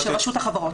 זה של רשות החברות.